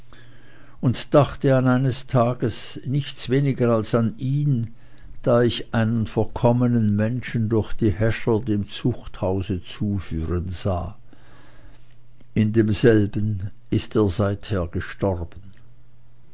und dachte eines tages an nichts weniger als an ihn da ich einen verkommenen menschen durch die häscher dem zuchthause zuführen sah in demselben ist er seither gestorben